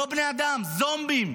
לא בני אדם, זומבים.